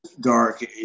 Dark